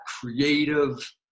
creative